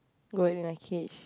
going in a cage